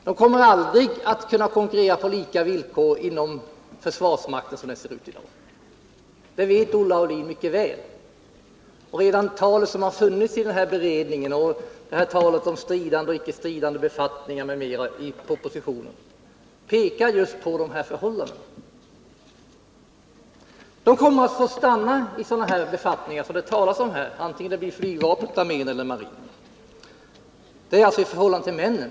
De kommer aldrig att kunna konkurrera på lika villkor inom försvarsmakten som den ser ut i dag. Det vet Olle Aulin mycket väl. Och diskussionerna i beredningen, talet om stridande och icke stridande befattningar m.m. i propositionen pekar just på de här förhållandena. Kvinnorna kommer att få stanna i sådana befattningar vare sig det blir inom flygvapnet, armén eller marinen. Detta gäller i förhållande till männen.